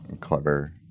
clever